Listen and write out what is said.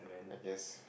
I guess